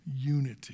unity